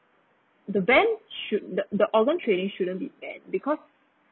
the ban should the the organ trading shouldn't be banned because